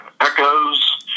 echoes